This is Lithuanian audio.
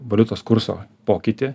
valiutos kurso pokytį